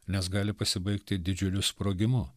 nes gali pasibaigti didžiuliu sprogimu